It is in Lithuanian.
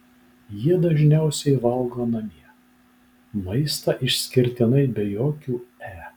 jie dažniausiai valgo namie maistą išskirtinai be jokių e